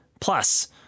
Plus